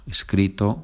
Escrito